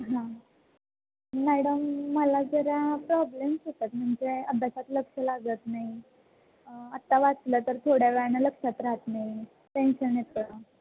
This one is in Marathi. हां मॅडम मला जरा प्रॉब्लेम्स होतात म्हणजे अभ्यासात लक्ष लागत नाही आत्ता वाचलं तर थोड्या वेळानं लक्षात राहत नाही टेन्शन येतं